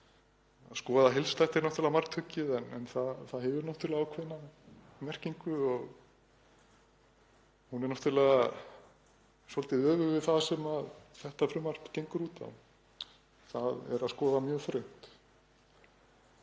Að skoða heildstætt er náttúrlega margtuggið en það hefur náttúrlega ákveðna merkingu og hún er svolítið öfug við það sem þetta frumvarp gengur út á, þ.e. að skoða mjög þröngt.